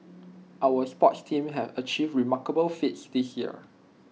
our sports teams have achieved remarkable feats this year